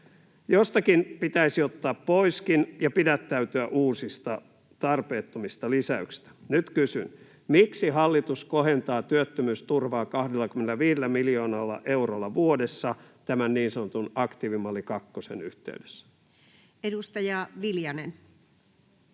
Jostakin pitäisi ottaa poiskin, ja pidättäytyä uusista, tarpeettomista lisäyksistä. Nyt kysyn: miksi hallitus kohentaa työttömyysturvaa 25 miljoonalla eurolla vuodessa tämän niin sanotun aktiivimalli kakkosen yhteydessä? Edustaja Viljanen.